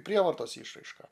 prievartos išraiška